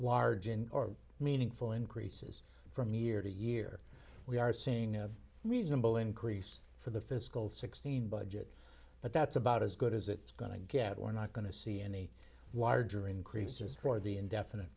s or meaningful increases from year to year we are seeing a reasonable increase for the fiscal sixteen budget but that's about as good as it's going to get we're not going to see any large or increases for the indefinite